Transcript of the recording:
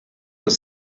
was